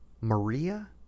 Maria